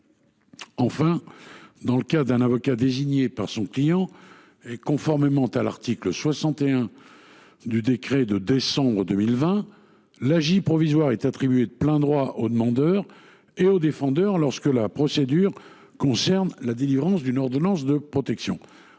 outre, dans le cas où l’avocat est désigné par son client et conformément aux termes de l’article 61 du décret de décembre 2020, l’AJ provisoire est attribuée de plein droit aux demandeurs et aux défendeurs lorsque la procédure concerne la délivrance d’une ordonnance de protection.